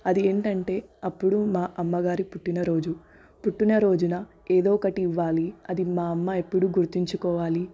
అది ఏమిటంటే అప్పుడు మా అమ్మగారి పుట్టినరోజు పుట్టినరోజున ఏదో ఒకటి ఇవ్వాలి అది మా అమ్మ ఎప్పుడూ గుర్తుంచుకోవాలి